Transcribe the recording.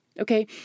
Okay